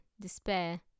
despair